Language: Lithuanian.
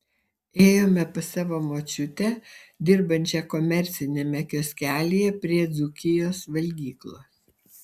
ėjome pas savo močiutę dirbančią komerciniame kioskelyje prie dzūkijos valgyklos